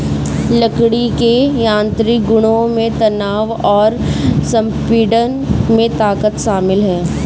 लकड़ी के यांत्रिक गुणों में तनाव और संपीड़न में ताकत शामिल है